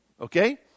okay